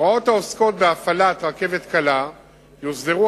הוראות העוסקות בהפעלת רכבת קלה יוסדרו